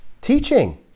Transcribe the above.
teaching